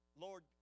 Lord